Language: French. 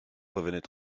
revenait